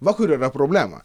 va kur yra problema